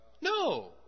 No